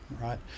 right